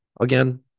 again